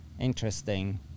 interesting